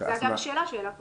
זו אגב שאלה שעלתה פה.